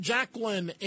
Jacqueline